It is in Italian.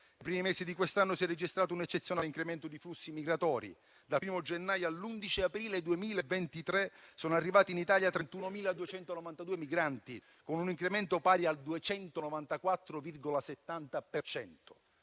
dal primo gennaio all'11 aprile 2023 sono arrivati in Italia 31.292 migranti, con un incremento pari al 294,7